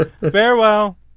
Farewell